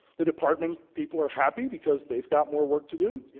the department people are happy because they've got more work to do.